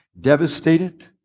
Devastated